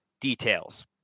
details